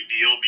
deal